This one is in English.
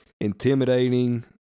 intimidating